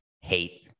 hate